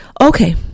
okay